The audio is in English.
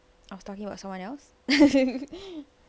I was talking about someone else